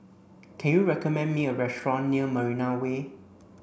can you recommend me a restaurant near Marina Way